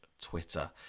Twitter